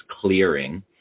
clearing